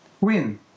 win